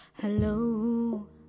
Hello